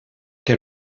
que